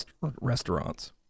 restaurants